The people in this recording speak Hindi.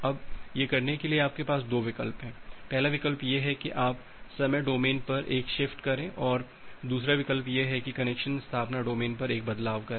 अब यह करने के लिए कि आपके पास 2 विकल्प हैं पहला विकल्प यह है कि आप समय डोमेन पर एक शिफ्ट करें और दूसरा विकल्प यह है कि कनेक्शन स्थापना डोमेन पर एक बदलाव करें